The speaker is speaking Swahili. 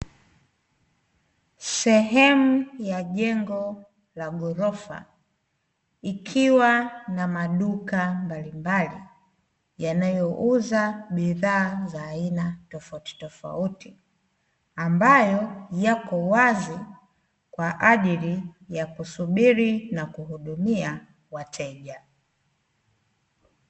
Sehemu ya jengo la ghorofa, ikiwa na maduka mbalimbali yanayouza bidhaa za aina tofautitofauti, ambayo yako wazi kwa ajili ya kusubiri na kuhudumia wateja.